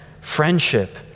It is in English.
friendship